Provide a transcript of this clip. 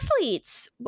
athletes